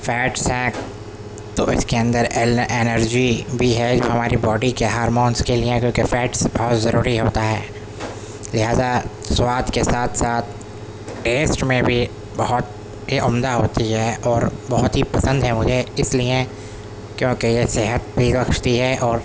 fats ہے تو اس کے اندر ال انرجی بھی ہے جو ہماری باڈی کے ہارمونس کے لیے جوکہ فیٹس بہت ضروری ہوتا ہے لہذا سواد کے ساتھ ساتھ ٹیسٹ میں بھی بہت ہی عمدہ ہوتی ہے اور بہت ہی پسند ہے مجھے اس لیے کیونکہ یہ صحت بھی بخشتی ہے اور